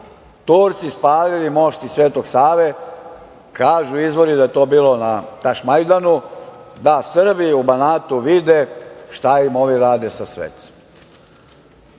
Turci spalili mošti Svetog Save, kažu izvori da je to bilo na Tašmajdanu, da Srbi u Banatu vide šta im ovi rade sa svecem. Teodor